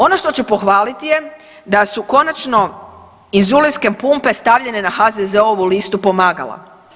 Ono što ću pohvaliti je da su konačno inzulinske pumpe stavljene na HZZO-vu listu pomagala.